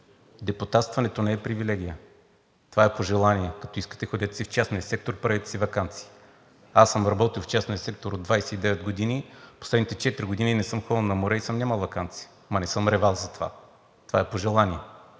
Депутатстването не е привилегия, това е по желание. Като искате, ходете си в частния сектор, правете си ваканции. Аз съм работил в частния сектор 29 години, последните четири години не съм ходил на море и съм нямал ваканция, ама не съм ревал за това. Това е по желание.